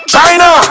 China